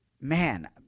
man